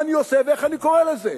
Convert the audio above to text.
מה אני עושה ואיך אני קורא לזה,